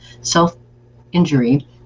self-injury